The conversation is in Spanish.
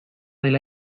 del